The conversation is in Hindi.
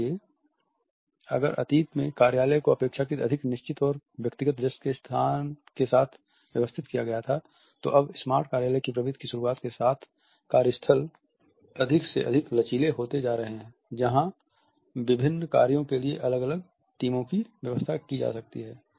इसलिए अगर अतीत में कार्यालय को अपेक्षाकृत अधिक निश्चित और व्यक्तिगत डेस्क के साथ व्यवस्थित किया गया था तो अब स्मार्ट कार्यालय की प्रवृत्ति की शुरुआत के साथ कार्य स्थल अधिक से अधिक लचीले होते जा रहे हैं जहां विभिन्न कार्यों के लिए अलग अलग टीमों की व्यवस्था की जा सकती है